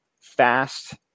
fast